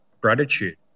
gratitude